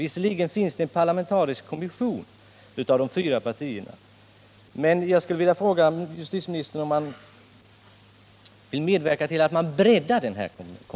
Det finns visserligen en parlamentariskt sammansatt kommission med representanter för fyra partier, men jag skulle vilja fråga justitieministern om han vill medverka till att man breddar denna kommission.